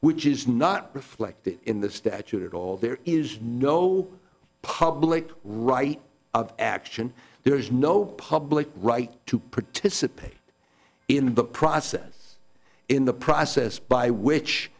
which is not reflected in the statute at all there is no public right of action there's no public right to participate in the process in the process by